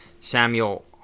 Samuel